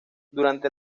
durante